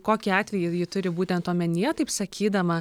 kokį atvejį ji turi būtent omenyje taip sakydama